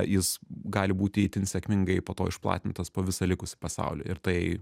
jis gali būti itin sėkmingai po to išplatintas po visą likusį pasaulį ir tai